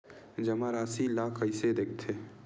जमा राशि ला कइसे देखथे?